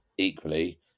equally